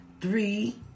three